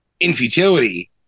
infutility